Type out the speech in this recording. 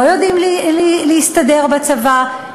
לא יודעים להסתדר בצבא,